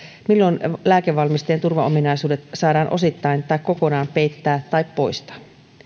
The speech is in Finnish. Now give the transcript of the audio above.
milloin lääkevalmisteen turvaominaisuudet saadaan osittain tai kokonaan peittää tai poistaa